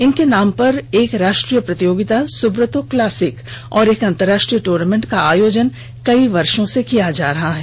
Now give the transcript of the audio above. इनके नाम पर एक राष्ट्रीय प्रतियोगिता सुब्रतो क्लासिक और एक अंतरराष्ट्रीय टूर्नामेंट का आयोजन कई वर्षो किया जा रहा है